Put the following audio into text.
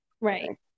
right